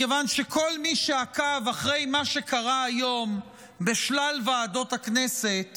מכיוון שכל מי שעקב אחרי מה שקרה היום בשלל ועדות הכנסת